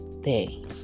day